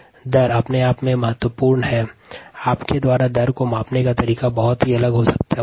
दर महत्वपूर्ण है और विभिन्न परिस्थितियों में दर को मापने का तरीका अलग हो सकता है